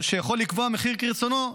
שיכול לקבוע מחיר כרצונו,